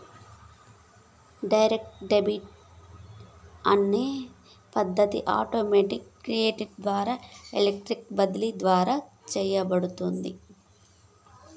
direct debit అనే పద్ధతి automated clear ద్వారా ఎలక్ట్రానిక్ బదిలీ ద్వారా చేయబడుతున్నాది